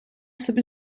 собі